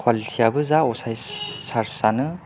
quality याबो जा असाइस चार्ज आनो